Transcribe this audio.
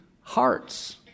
hearts